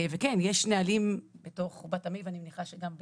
וכן, יש נהלים בתוך בת עמי ואני מניחה שגם באגודה,